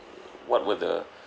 what were the